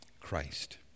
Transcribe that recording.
Christ